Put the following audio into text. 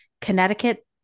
Connecticut